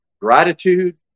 gratitude